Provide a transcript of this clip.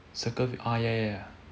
circle the ah ya ya